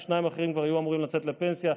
כי שניים אחרים כבר היו אמורים לצאת לפנסיה,